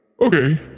Okay